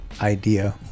idea